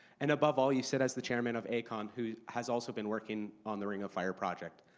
and above all, you sit as the chairman of aecon, who has also been working on the ring of fire project.